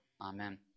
Amen